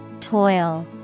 Toil